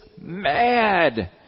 mad